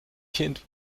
kind